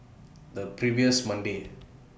The previous Monday